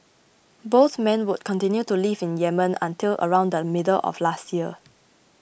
both men would continue to live in Yemen until around the middle of last year